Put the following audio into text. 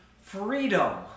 freedom